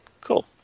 cool